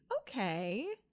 Okay